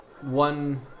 one